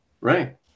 Right